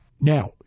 Now